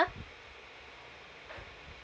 huh